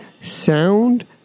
sound